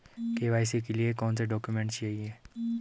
KYC के लिए कौनसे डॉक्यूमेंट चाहिये?